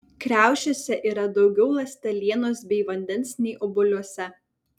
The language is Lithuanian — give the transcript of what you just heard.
kriaušėse yra daugiau ląstelienos bei vandens nei obuoliuose